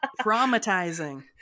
Traumatizing